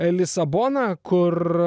lisaboną kur